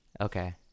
Okay